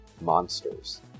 monsters